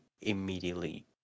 immediately